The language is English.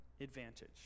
advantage